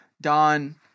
Don